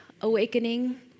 awakening